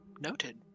Noted